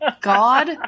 god